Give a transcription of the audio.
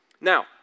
Now